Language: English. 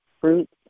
fruits